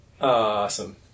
Awesome